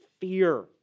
fear